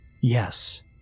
Yes